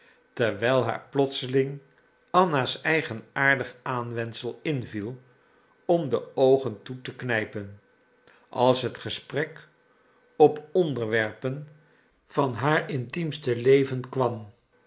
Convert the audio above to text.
terwijl haar plotseling anna's eigenaardig aanwendsel inviel om de oogen toe te knijpen als het gesprek op onderwerpen van haar intiemste leven kwam